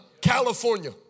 California